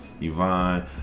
Yvonne